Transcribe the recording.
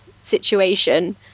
situation